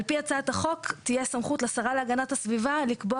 על פי הצעת החוק תהיה סמכות לשרה להגנת הסביבה לקבוע